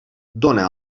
dóna